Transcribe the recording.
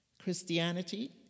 Christianity